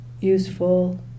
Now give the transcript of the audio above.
useful